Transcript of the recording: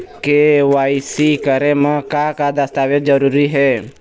KYC करे म का का दस्तावेज जरूरी हे?